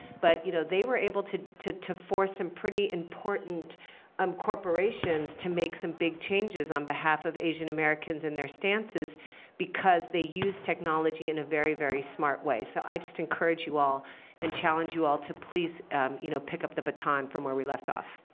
but you know they were able to to force some pretty important um corporations to make some big changes on behalf of asian-americans in their stances because they used technology in a very, very smart way. so i just encourage you all and challenge you all to please you know pick up the baton from where we left off.